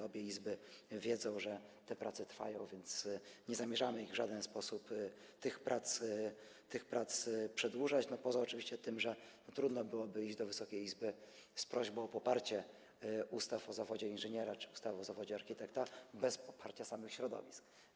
Obie Izby wiedzą, że te prace trwają, więc nie zamierzamy ich w żaden sposób przedłużać - no oczywiście poza tym, że trudno byłoby iść do Wysokiej Izby z prośbą o poparcie ustawy o zawodzie inżyniera czy ustawy o zawodzie architekta bez poparcia samych środowisk.